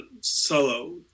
solo